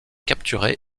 capturé